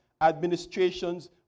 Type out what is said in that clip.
administrations